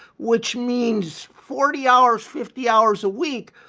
which means forty hours, fifty hours a week,